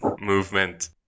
movement